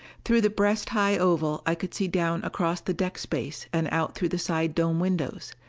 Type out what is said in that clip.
through the breast-high oval i could see down across the deck-space and out through the side dome windows.